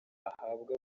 ahabwa